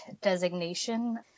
designation